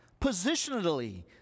positionally